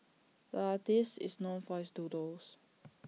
the artist is known for his doodles